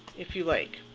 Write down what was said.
if you like.